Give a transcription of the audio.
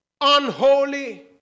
unholy